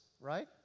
Right